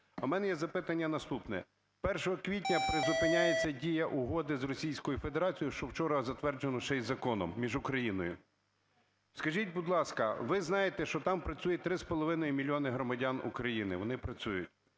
в мене є запитання наступне. 1 квітня призупиняється дія угоди з Російською Федерацію, що вчора затверджено ще й законом, між Україною. Скажіть, будь ласка, ви знаєте, що там працює 3,5 мільйони громадян України, вони працюють?